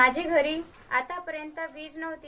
माझे घरी आतापर्यंत वीज नव्हती